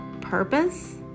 purpose